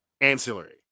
ancillary